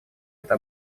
это